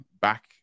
back